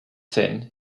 then